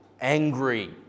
angry